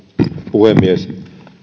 puhemies